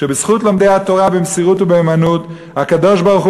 שבזכות לומדי התורה במסירות ובנאמנות הקדוש-ברוך-הוא